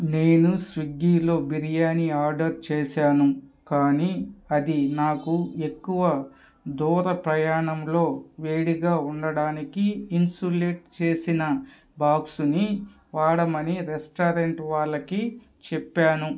నేను స్విగ్గీలో బిర్యానీ ఆర్డర్ చేశాను కానీ అది నాకు ఎక్కువ దూర ప్రయాణంలో వేడిగా ఉండడానికి ఇన్సులేట్ చేసిన బాక్సుని వాడమని రెస్టారెంట్ వాళ్ళకి చెప్పాను